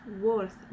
worth